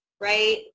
right